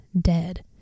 dead